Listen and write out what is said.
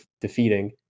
defeating